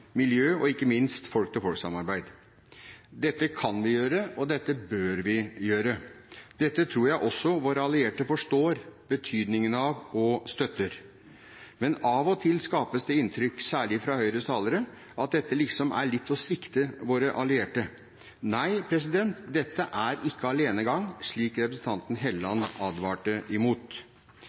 miljø og ikke minst folk-til-folk-samarbeid. Dette kan vi gjøre, og dette bør vi gjøre. Det tror jeg også våre allierte forstår betydningen av og støtter. Men av og til skapes det inntrykk, særlig fra Høyres talere, av at dette liksom er litt å svikte våre allierte. Nei, dette er ikke alenegang, slik representanten